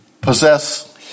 possess